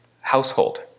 household